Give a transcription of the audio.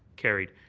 carried.